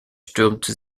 stürmte